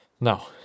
No